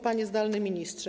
Panie Zdalny Ministrze!